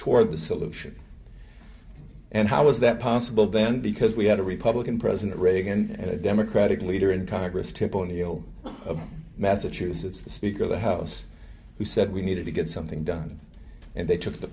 toward the solution and how is that possible then because we had a republican president reagan and a democratic leader in congress tip o'neill of massachusetts the speaker of the house who said we needed to get something done and they took the